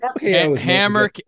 Hammer